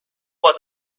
was